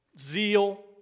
zeal